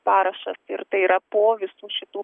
parašas ir tai yra po visų šitų